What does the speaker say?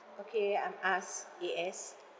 okay I'm as A S